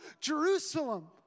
Jerusalem